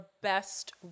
best